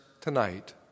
tonight